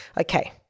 okay